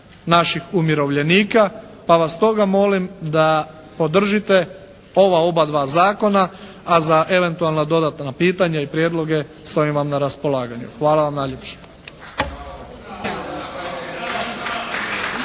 naših umirovljenika pa vas stoga molim da podržite ova obadva zakona, a za eventualna dodatna pitanja i prijedloge stojim vam na raspolaganju. Hvala vam najljepša.